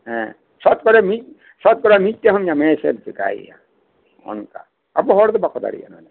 ᱥᱚᱴ ᱠᱚᱨᱮ ᱢᱤᱫᱴᱟᱱ ᱮᱢ ᱧᱟᱢᱮᱭᱮᱭᱟ ᱛᱳ ᱪᱤᱠᱟᱭᱮᱭᱟ ᱚᱱᱠᱟ ᱟᱵᱚ ᱦᱚᱲ ᱫᱚ ᱵᱟᱠᱚ ᱫᱟᱲᱮᱭᱟᱜᱼᱟ